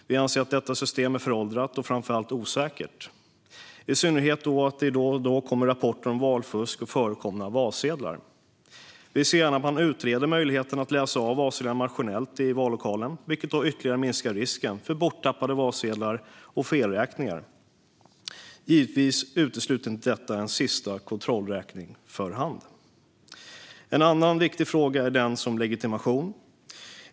Vi anser att detta system är föråldrat och framför allt osäkert, i synnerhet eftersom det då och då kommer rapporter om valfusk och förkomna valsedlar. Vi ser gärna att man utreder möjligheten att läsa av valsedlarna maskinellt i vallokalen, vilket ytterligare minskar risken för borttappade valsedlar och felräkningar. Givetvis utesluter inte detta att en sista kontrollräkning kan ske för hand. En annan viktig fråga är den om legitimation.